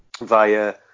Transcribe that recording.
via